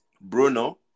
Bruno